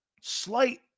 slight